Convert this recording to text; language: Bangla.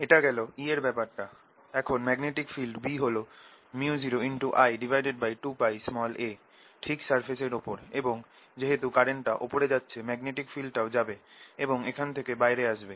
এটা গেল E এর ব্যাপার টা এখন ম্যাগনেটিক ফিল্ড B হল µ0I2π a ঠিক সারফেসের ওপর এবং যেহেতু কারেন্টটা ওপরে যাচ্ছে ম্যাগনেটিক ফিল্ডটাও যাবে এবং এখান থেকে বাইরে আসবে